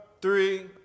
Three